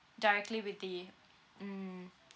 directly with the mm